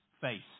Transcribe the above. face